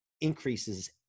increases